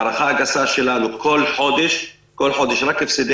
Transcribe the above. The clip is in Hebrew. ההערכה הגסה שלנו בכל חודש רק הפסדי